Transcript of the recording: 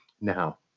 Now